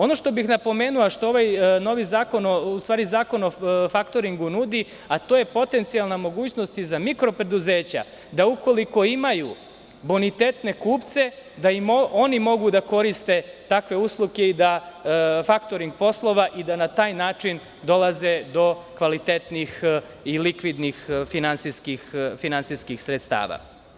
Ono što bih napomenuo, a što Zakon o faktoringu nudi, to je potencijalna mogućnost i za mikro preduzeća da, ukoliko imaju bonitetne kupce, da i oni mogu da koriste takve usluge i faktoring poslova i da na taj način dolaze do kvalitetnih i likvidnih finansijskih sredstava.